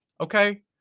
okay